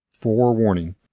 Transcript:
forewarning